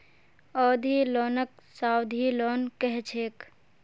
अवधि लोनक सावधि लोन कह छेक